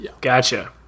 Gotcha